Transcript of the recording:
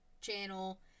channel